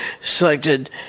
selected